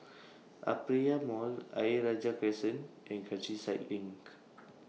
Aperia Mall Ayer Rajah Crescent and Countryside LINK